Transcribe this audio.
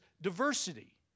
diversity